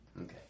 Okay